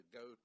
go